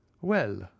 Well